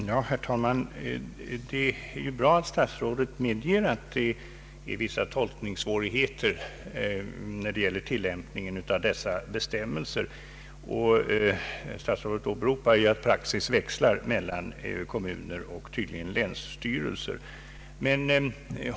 Herr talman! Det är bra att statsrådet medger att vissa tolkningssvårigheter föreligger vad gäller tillämpningen av dessa bestämmelser. Statsrådet åberopar också att praxis växlar mellan kommuner och tydligen även länsstyrelser.